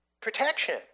protection